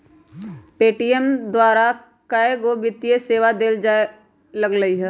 Paytm द्वारा कएगो वित्तीय सेवा देल जाय लगलई ह